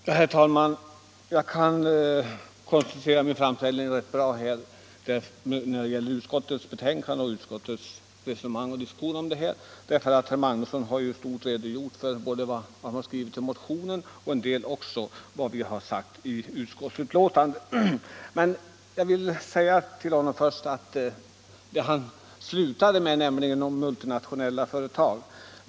Herr talman! Jag kan koncentrera min framställning rätt mycket när det gäller utskottets betänkande och utskottets resonemang och diskussion i den här frågan, därför att herr Magnusson i Kristinehamn har ju i stort redogjort för vad han skrivit i motionen och även för en del av vad vi har sagt i utskottsbetänkandet. Jag vill först vända mig till herr Magnusson och börja där han slutade, nämligen beträffande multinationella företag.